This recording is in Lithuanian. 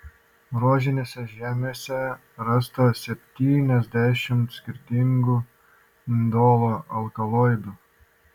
rožinėse žiemėse rasta septyniasdešimt skirtingų indolo alkaloidų